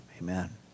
amen